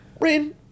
Rain